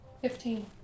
Fifteen